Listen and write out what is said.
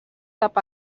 cap